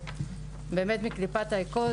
באמת בקליפת אגוז,